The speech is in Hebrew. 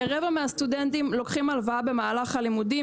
כרבע מהסטודנטים לוקחים הלוואה במהלך הלימודים.